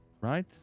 Right